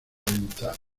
ventana